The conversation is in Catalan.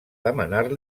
demanar